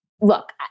look